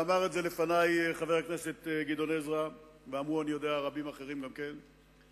ואמר את זה לפני חבר הכנסת גדעון עזרא ואמרו רבים אחרים גם כן,